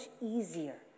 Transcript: easier